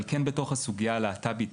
אבל בתוך הסוגיה הלהט"בית,